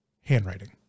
handwriting